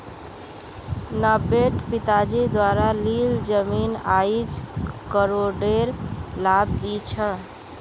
नब्बेट पिताजी द्वारा लील जमीन आईज करोडेर लाभ दी छ